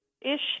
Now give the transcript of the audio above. ish